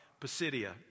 Pisidia